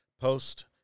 post